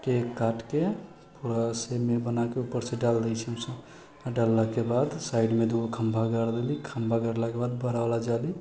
के काटिके पूरा सेमी बनाके उपरसँ डालि दै छी हमलोग आओर डाललाके बाद साइडमे दूगो खम्भा गाड़ि देली खम्भा गाड़लाके बाद बड़ावला जाली